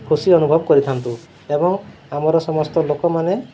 ଖୁସି ଅନୁଭବ କରିଥାନ୍ତୁ ଏବଂ ଆମର ସମସ୍ତ ଲୋକମାନେ